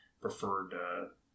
preferred